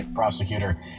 Prosecutor